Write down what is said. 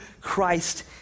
Christ